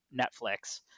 Netflix